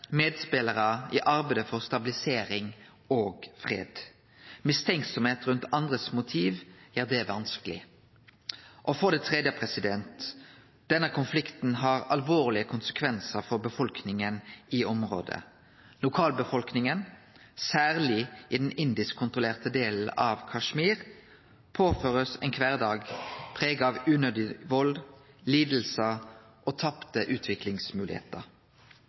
medspelarar i arbeidet for stabilisering og fred. Tvil om motiva til andre gjer det vanskeleg. Og for det tredje: Denne konflikten har alvorlege konsekvensar for befolkninga i området. Lokalbefolkninga – særleg i den indisk-kontrollerte delen av Kashmir – blir påført ein kvardag prega av unødig vald, lidingar og tapte